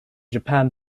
japan